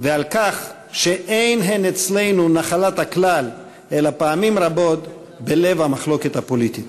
ועל כך שאין הן אצלנו נחלת הכלל אלא פעמים רבות בלב המחלוקת הפוליטית.